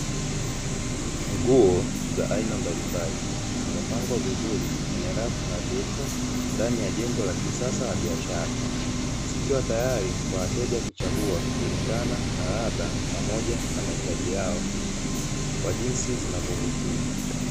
Nguo za aina mbalimbali, zimepangwa vizuri kwenye rafu nadhifu ndani ya jengo la kisasa la biashara, zikiwa tayari kwa wateja kuchagua kulingana na ladha pamoja na mahitaji yao kwa jinsi zinavyovutia.